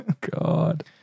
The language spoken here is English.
God